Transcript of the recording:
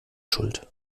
schuld